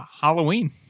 Halloween